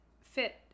fit